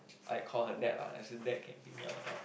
I call her dad lah ask her dad can pick me up or not